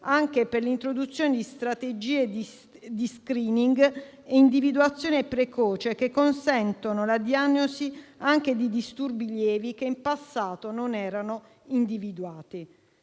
anche per l'introduzione di strategie di *screening* e individuazione precoce che consentono la diagnosi anche di disturbi lievi che in passato non erano individuati.